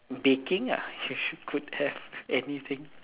baking ah you should could have anything